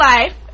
Life